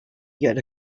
yet